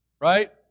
right